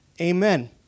amen